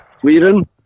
Sweden